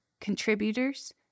Contributors